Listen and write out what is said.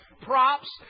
props